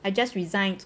I just resigned